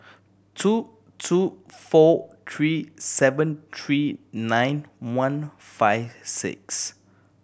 two two four three seven three nine one five six